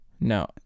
No